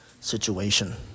situation